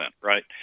right